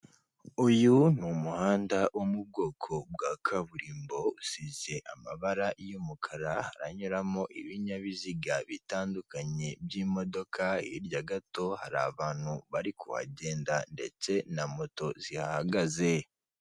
Uyu ni umuhanda wo mu bwoko bwa kaburimbo usize amabara y'umukara haranyuramo ibinyabiziga bitandukanye by'imodoka, hirya gato hari abantu barikuhagenda, ndetse na moto zihahagaze.